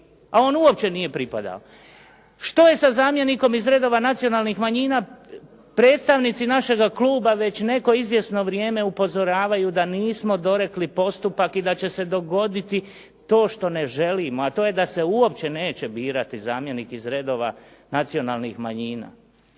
A on uopće nije pripadao. Što je sa zamjenikom iz redova nacionalnih manjina? Predstavnici našega kluba već neko izvjesno vrijeme upozoravaju da nismo dorekli postupak i da će se dogoditi to što ne želimo a to je da se uopće neće birati zamjenik iz redova nacionalnih manjina